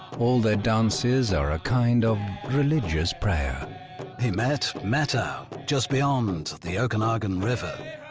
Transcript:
all their dances are a kind of religious prayer he met methow, just beyond and the okanagan river,